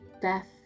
death